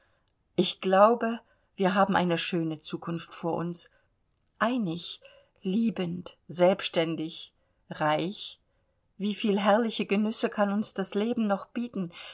ich glaube wir haben eine schöne zukunft vor uns einig liebend selbständig reich wie viel herrliche genüsse kann uns das leben noch bieten